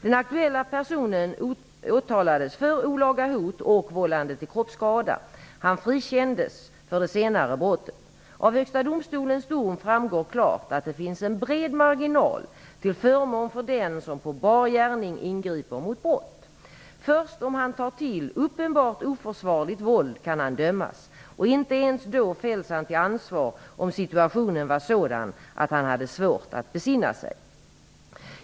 Den aktuella personen åtalades för olaga hot och vållande till kroppsskada. Han frikändes för det senare brottet. Av Högsta domstolens dom framgår klart att det finns en bred marginal till förmån för den som på bar gärning ingriper mot brott. Först om han tar till uppenbart oförsvarligt våld kan han dömas, och inte ens då fälls han till ansvar om situationen var sådan att han hade svårt att besinna sig.